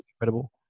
incredible